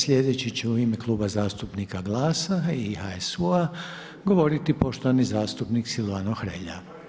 Sljedeći će u ime Kluba zastupnika GLAS-a i HSU-a govoriti poštovani zastupnik Silvano Hrelja.